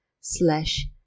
slash